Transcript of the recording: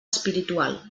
espiritual